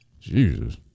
Jesus